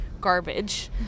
garbage